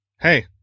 Hey